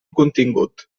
contingut